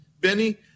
Benny